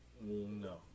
No